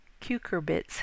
cucurbits